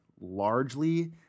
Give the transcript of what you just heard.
largely